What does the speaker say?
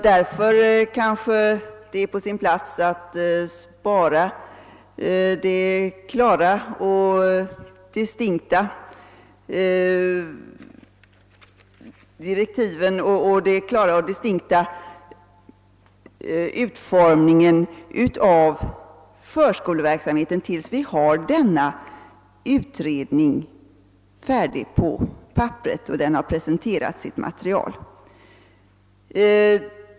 Därför kan det vara på sin plats att spara den klara och distinkta utformningen av direktiven för förskoleverksamheten tills denna utredning är färdig och har presenterat sitt material.